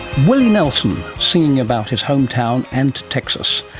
willie nelson, singing about his home town and texas.